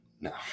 No